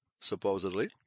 supposedly